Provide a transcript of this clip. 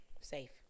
Safe